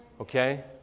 Okay